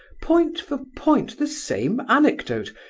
point for point the same anecdote,